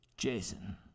Jason